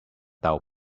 dull